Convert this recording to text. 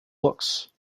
looks